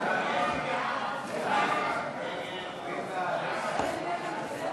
הצעת הוועדה המסדרת לבחור את חברי הכנסת